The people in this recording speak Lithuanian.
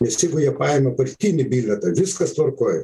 nes tipo jie paėmė partinį bilietą viskas tvarkoj